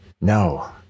no